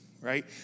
right